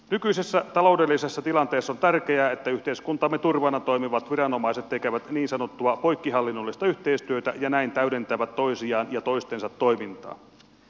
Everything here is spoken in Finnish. nykyisessä taloudellisessa tilanteessa on tärkeää että yhteiskuntamme turvana toimivat viranomaiset tekevät niin sanottua poikkihallinnollista yhteistyötä ja näin täydentävät toisiaan ja toistensa toimintaa